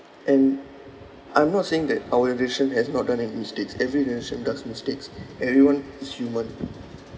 and I'm not saying that our generation has not done any mistakes every generation does mistakes everyone is human